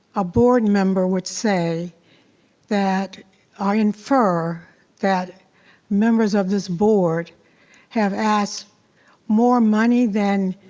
a board member would say that i infer that members of this board have asked more money than,